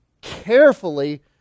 carefully